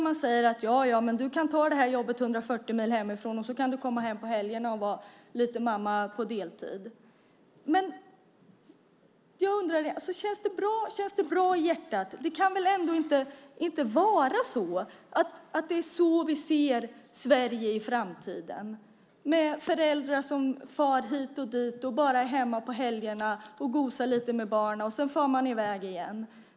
Man säger: Ja, ja, men du kan ta det här jobbet 140 mil hemifrån och kan sedan komma hem på helgerna och vara lite mamma på deltid. Jag undrar om det känns bra i hjärtat. Det kan väl ändå inte vara så att det är så vi vill se Sverige i framtiden, med föräldrar som far hit och dit och bara är hemma på helgerna och gosar lite med barnen och sedan far i väg igen?